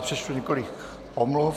Přečtu teď několik omluv.